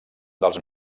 dels